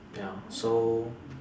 ya so